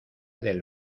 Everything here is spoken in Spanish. del